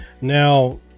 Now